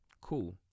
Cool